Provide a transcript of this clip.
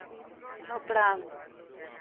hello प्रणाम